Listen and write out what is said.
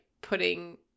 putting